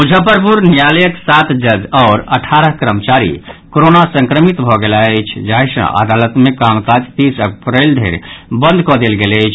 मुजफ्फरपुर न्यायालयक सात जज आओर अठारह कर्मचारी कोरोना संक्रमित भऽ गेलाह अछि जाहि सँ अदालत मे कामकाज तीस अप्रैल धरि बंद कऽ देल गेल अछि